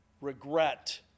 regret